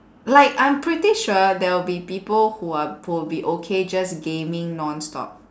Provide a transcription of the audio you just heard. like I'm pretty sure there'll be people who are who will be okay just gaming non stop